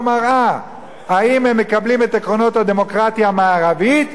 במראה: האם הם מקבלים את עקרונות הדמוקרטיה המערבית,